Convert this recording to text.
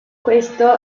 questo